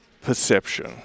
perception